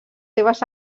seves